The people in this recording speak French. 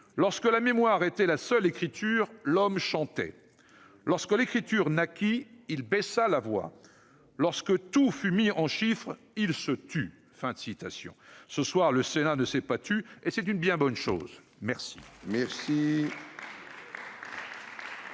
Lorsque la mémoire était la seule écriture, l'homme chantait. Lorsque l'écriture naquit, il baissa la voix. Lorsque tout fut mis en chiffres, il se tut. » Ce soir, le Sénat ne s'est pas tu, et c'est une bien bonne chose. Les